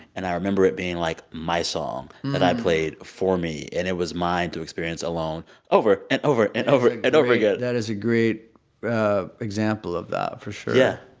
and i remember it being, like, my song that i played for me. and it was mine to experience alone over and over and over and over again that is a great example of that, for sure yeah.